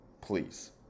Please